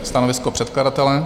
Stanovisko předkladatele?